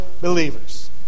believers